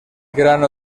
grano